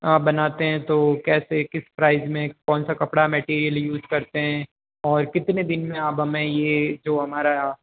आप बनाते हैं तो कैसे किस प्राइस में कौन सा कपड़ा मेटेरियल यूज़ करते हैं और कितने दिन में आप हमें ये जो हमारा